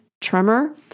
tremor